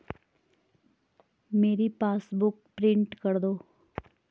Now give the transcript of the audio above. मेरी passbook print कर दो